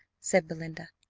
said belinda.